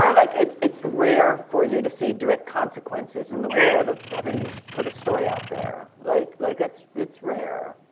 like it's it's rare for you to see direct consequences in the world of having put a story out there. like like it's it's rare.